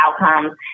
outcomes